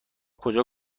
کجا